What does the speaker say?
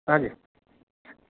હાજી